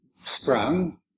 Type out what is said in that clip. sprung